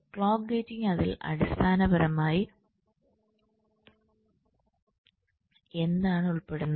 clock gating അതിൽ അടിസ്ഥാനപരമായി എന്താണ് ഉൾപ്പെടുന്നത്